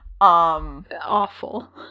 Awful